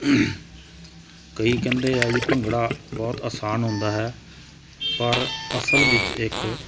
ਕਈ ਕਹਿੰਦੇ ਆ ਜੀ ਭੰਗੜਾ ਬਹੁਤ ਆਸਾਨ ਹੁੰਦਾ ਹੈ ਪਰ ਅਸਲ ਵਿੱਚ ਇੱਕ